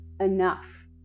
enough